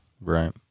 Right